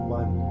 one